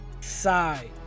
side